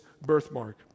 birthmark